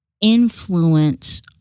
Influence